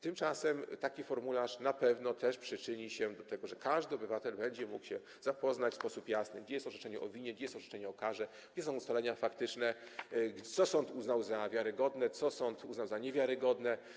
Tymczasem taki formularz na pewno też przyczyni się do tego, że każdy obywatel będzie mógł w sposób jasny się zapoznać z tym, gdzie jest orzeczenie o winie, gdzie jest orzeczenie o karze, gdzie są ustalenia faktyczne, co sąd uznał za wiarygodne, co sąd uznał za niewiarygodne.